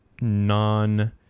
non-